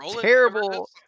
Terrible